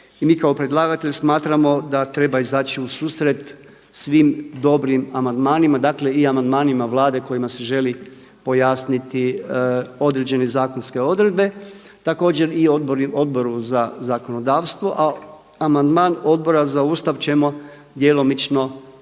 I mi kao predlagatelji smatramo da treba izaći u susret svim dobrim amandmanima, dakle i amandmanima Vlade kojima se želi pojasniti određene zakonske odredbe. Također i Odboru za zakonodavstvo a amandman Odbora za Ustav ćemo djelomično prihvatiti